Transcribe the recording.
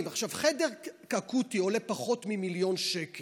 חדר אקוטי עולה פחות ממיליון שקל.